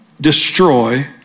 destroy